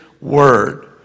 word